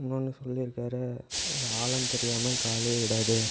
இன்னொன்று சொல்லியிருக்காரு அது ஆழம் தெரியாமல் காலை விடாதே